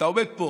אתה עומד פה